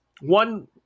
one